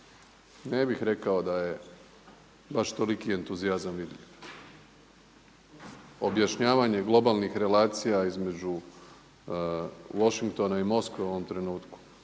ne bih rekao da je baš toliki entuzijazam vidljiv. Objašnjavanje globalnih relacija između Washingtona i Moskve u ovom trenutku